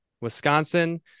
Wisconsin